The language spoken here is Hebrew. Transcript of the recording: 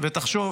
ותחשוב